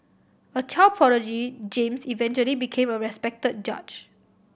a child prodigy James eventually became a respected judge